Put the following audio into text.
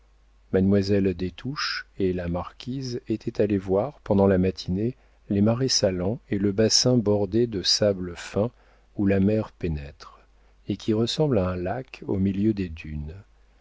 mademoiselle des touches et la marquise étaient allées voir pendant la matinée les marais salants et le bassin bordé de sable fin où la mer pénètre et qui ressemble à un lac au milieu des dunes